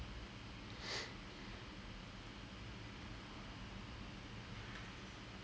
ya I don't have an ang moh oh the ang moh from my electricity module the the circuits module